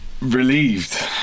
Relieved